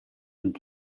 and